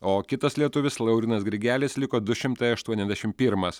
o kitas lietuvis laurynas grigelis liko du šimtai aštuoniasdešimt pirmas